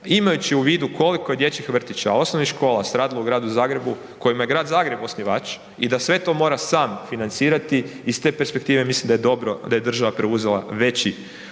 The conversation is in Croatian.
Imajuću u vidu koliko je dječjih vrtića, osnovnih škola stradalo u gradu Zagrebu, kojima je grad Zagreb osnivač i da sve to mora sam financirati, iz te perspektive mislim da je dobro da je država preuzela veći